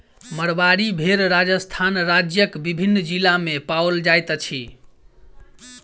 मारवाड़ी भेड़ राजस्थान राज्यक विभिन्न जिला मे पाओल जाइत अछि